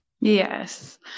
Yes